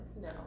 No